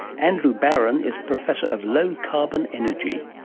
andrew barron is professor of low carbon energy.